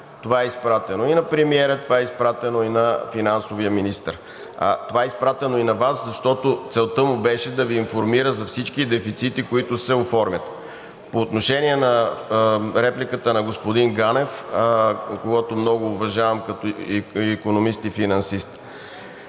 Това е изпратено и на премиера, и на финансовия министър. Това е изпратено и на Вас, защото целта му беше да Ви информира за всички дефицити, които се оформят. По отношение на репликата на господин Ганев, когото много уважавам като икономист и финансист.